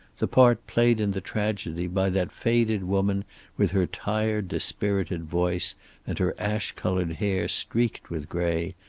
the part played in the tragedy by that faded woman with her tired dispirited voice and her ash colored hair streaked with gray,